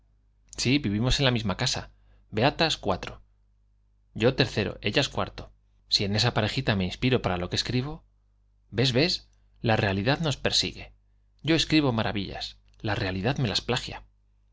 si vivimos enla misma casa eata s yo tercero ellas cuarto si en esa parejita me inspiro para lo que escribo ves ves la realidad nos persigue yo escribo maravilla s la realidad me las plagia